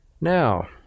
Now